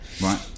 Right